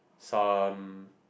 some